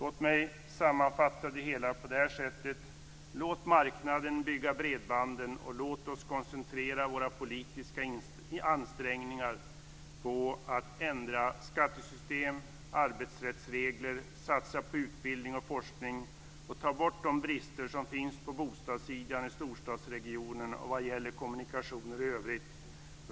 Låt mig sammanfatta det hela på det här sättet: Låt marknaden bygga bredbanden, och låt oss koncentrera våra politiska ansträngningar på att ändra skattesystem, arbetsrättsregler, satsa på utbildning och forskning och ta bort de brister som finns på bostadssidan i storstadsregionerna och vad gäller kommunikationer i övrigt.